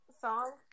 song